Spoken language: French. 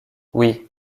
oui